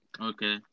Okay